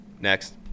Next